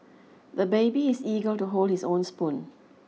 the baby is eager to hold his own spoon